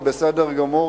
זה בסדר גמור,